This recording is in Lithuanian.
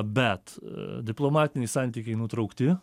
bet diplomatiniai santykiai nutraukti